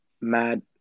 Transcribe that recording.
mad